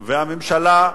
הממשלה,